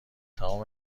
تمام